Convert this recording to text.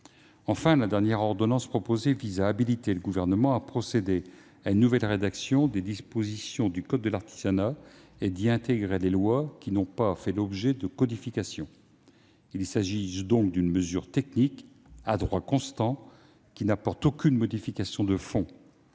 Enfin, la dernière ordonnance proposée vise à procéder à une nouvelle rédaction des dispositions du code de l'artisanat afin d'y intégrer les lois qui n'ont pas fait l'objet de codification. Il s'agit donc d'une mesure technique, menée à droit constant, qui n'apporte aucune modification de fond.